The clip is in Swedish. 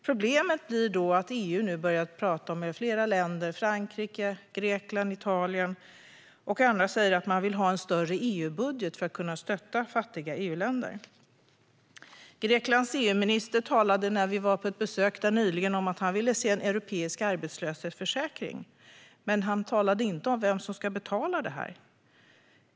Problemet blir då att flera länder i EU - Frankrike, Grekland, Italien och andra - nu har börjat tala om att man vill ha en större EU-budget för att kunna stötta fattiga EU-länder. När vi nyligen var på besök i Grekland talade landets EU-minister om att han ville se en europeisk arbetslöshetsförsäkring, men han talade inte om vem som ska betala detta.